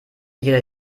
jeder